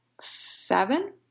seven